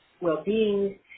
well-being